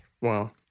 Wow